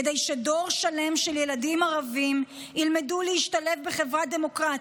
כדי שדור שלם של ילדים ערבים ילמדו להשתלב בחברה דמוקרטית,